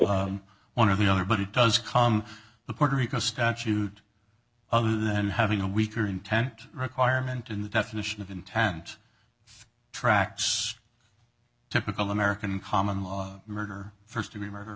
case one of the other but it does calm the puerto rico statute other than having a weaker intent requirement in the definition of intent tracks typical american common law murder first degree murder